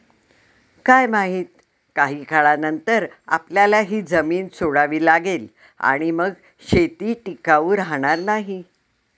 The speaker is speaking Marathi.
काय माहित, काही काळानंतर आपल्याला ही जमीन सोडावी लागेल आणि मग शेती टिकाऊ राहणार नाही